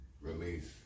release